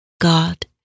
God